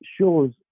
shows